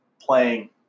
playing